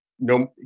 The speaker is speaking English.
no